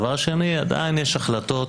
ודבר שני, עדיין יש החלטות